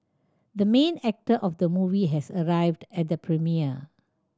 the main actor of the movie has arrived at the premiere